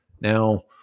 Now